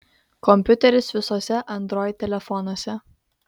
kompiuteris visuose android telefonuose